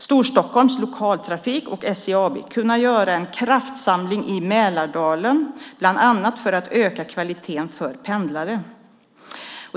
Storstockholms lokaltrafik och SJ AB kunna göra en kraftsamling i Mälardalen, bland annat för att öka kvaliteten för pendlare.